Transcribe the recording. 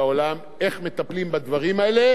כדי שהסנקציות האלה אולי,